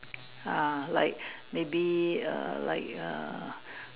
ah like maybe err like err